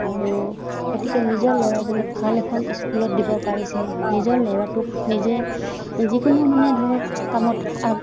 আৰু গতিকে নিজৰ ল'ৰাজনক ভাল এখন স্কুলত দিব পাৰিছে নিজৰ ল'ৰাটোক নিজে যিকোনো মানে ধৰক কামত আগ